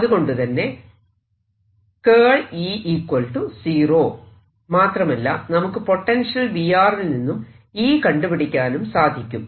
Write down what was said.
അതുകൊണ്ടുതന്നെ മാത്രമല്ല നമുക്ക് പൊട്ടൻഷ്യൽ V ൽ നിന്നും E കണ്ടുപിടിക്കാനും സാധിക്കും